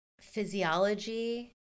physiology